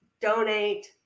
donate